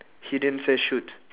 he didn't say shoot